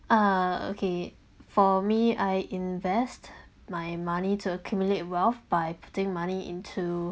uh okay for me I invest my money to accumulate wealth by putting money into